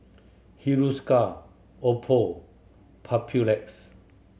Hiruscar Oppo Papulex